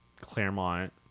Claremont